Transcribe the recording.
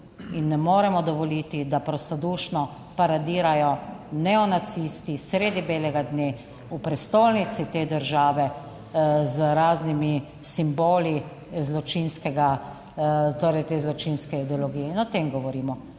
in ne moremo dovoliti, da prostodušno paradirajo neonacisti sredi belega dne v prestolnici te države z raznimi simboli zločinskega, torej te zločinske ideologije in o tem govorimo.